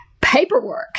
paperwork